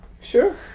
Sure